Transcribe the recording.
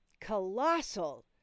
colossal